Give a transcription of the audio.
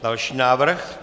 Další návrh?